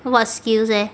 what skills eh